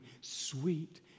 sweet